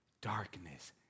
darkness